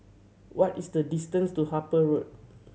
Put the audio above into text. what is the distance to Harper Road